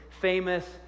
famous